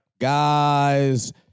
Guys